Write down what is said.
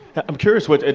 i'm curious what,